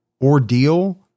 ordeal